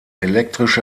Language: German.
elektrische